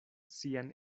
sian